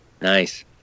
Nice